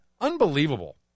Unbelievable